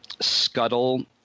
Scuttle